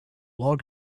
long